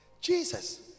Jesus